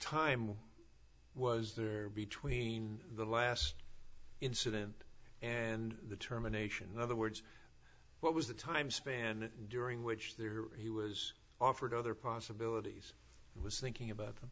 time was there between the last incident and the terminations other words what was the time span during which there he was offered other possibilities i was thinking about